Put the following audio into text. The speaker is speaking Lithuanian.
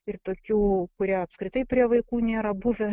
ir tokių kurie apskritai prie vaikų nėra buvę